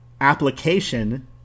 application